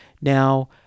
Now